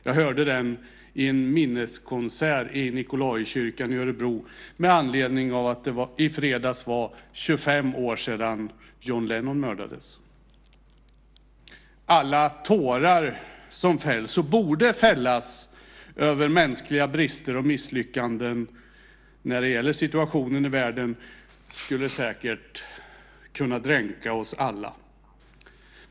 Jag hörde den i en minneskonsert i Nicolaikyrkan i Örebro i fredags med anledning av att det var 25 år sedan John Lennon mördades. Alla tårar som fälls och borde fällas över mänskliga brister och misslyckanden när det gäller situationen i världen skulle säkert kunna dränka oss alla.